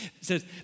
says